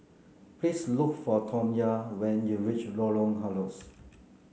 please look for Tamya when you reach Lorong Halus